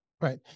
Right